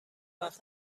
وقت